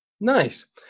Nice